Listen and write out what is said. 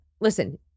Listen